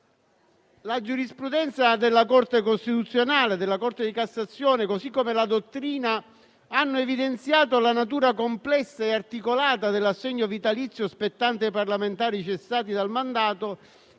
La giurisprudenza della Corte costituzionale e della Corte di cassazione, così come la dottrina, hanno evidenziato la natura complessa e articolata dell'assegno vitalizio spettante ai parlamentari cessati dal mandato,